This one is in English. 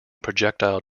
projectile